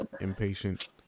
impatient